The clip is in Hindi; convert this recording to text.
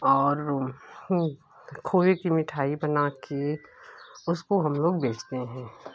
और खोए की मिठाई बना कर उसको हम लोग बेचते हैं